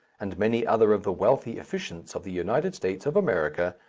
and many other of the wealthy efficients of the united states of america,